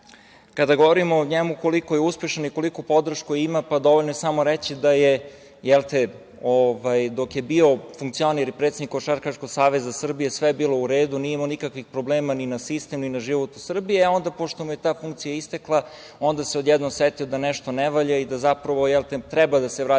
govorimo o njemu koliko je uspešan i koliku podršku ima, dovoljno je samo reći da je dok je bio funkcioner i predsednik Košarkaškog saveza Srbije sve bilo u redu, nije imao nikakvih zamerki ni na sistem, ni na život u Srbiji, a onda, pošto mu je ta funkcija istakla, onda se odjednom setio da nešto ne valja i da zapravo treba da se vrati u